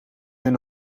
zijn